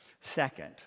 Second